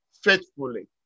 faithfully